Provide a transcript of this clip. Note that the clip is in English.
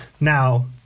Now